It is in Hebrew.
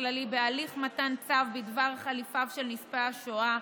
הכללי בהליך מתן צו בדבר חליפיו של נספה בשואה,